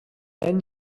then